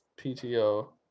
PTO